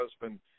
husband